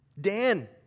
Dan